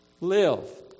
live